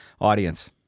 audience